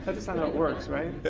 so just not how it works, right?